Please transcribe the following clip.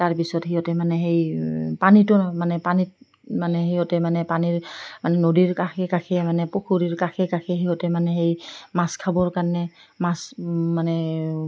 তাৰপিছত সিহঁতে মানে সেই পানীটো মানে পানীত মানে সিহঁতে মানে পানীৰ মানে নদীৰ কাষে কাষে মানে পুখুৰীৰ কাষে কাষে সিহঁতে মানে সেই মাছ খাবৰ কাৰণে মাছ মানে